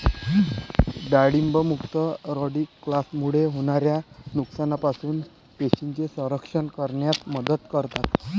डाळिंब मुक्त रॅडिकल्समुळे होणाऱ्या नुकसानापासून पेशींचे संरक्षण करण्यास मदत करतात